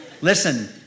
Listen